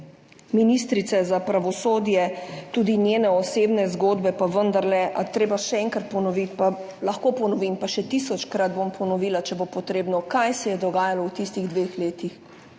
ministrice za pravosodje, tudi njene osebne zgodbe, pa vendarle, a je treba še enkrat ponoviti? Lahko ponovim, pa še tisočkrat bom ponovila, če bo potrebno, kaj se je dogajalo v tistih dveh letih.